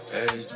Hey